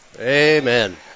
Amen